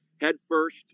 headfirst